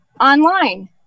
online